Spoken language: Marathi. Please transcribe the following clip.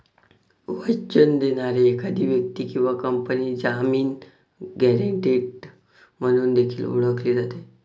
वचन देणारी एखादी व्यक्ती किंवा कंपनी जामीन, गॅरेंटर म्हणून देखील ओळखली जाते